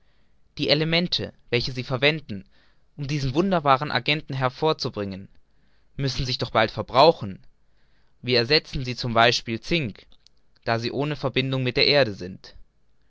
die elemente welche sie verwenden um diesen wunderbaren agenten hervorzubringen müssen sich doch bald verbrauchen wie ersetzen sie z b zink da sie ohne verbindung mit der erde sind